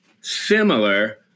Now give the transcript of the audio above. similar